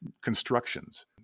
constructions